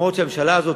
אפילו שהממשלה הזאת,